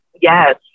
Yes